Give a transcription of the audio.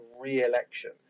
re-election